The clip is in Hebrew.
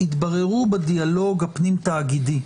התבררו בדיאלוג הפנים תאגידי.